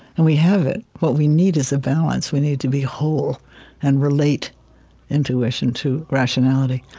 and we have it. what we need is a balance. we need to be whole and relate intuition to rationality.